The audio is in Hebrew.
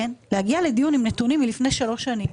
להגיע לדיון עם נתונים מלפני שלוש שנים,